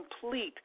complete